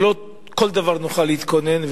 שלא לכל דבר נוכל להתכונן,